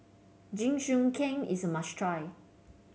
jingisukan is a must try